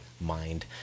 mind